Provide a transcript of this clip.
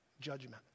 judgment